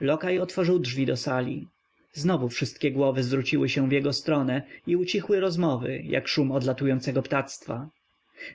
lokaj otworzył drzwi do sali znowu wszystkie głowy zwróciły się w jego stronę i ucichły rozmowy jak szum odlatującego ptactwa